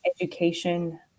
education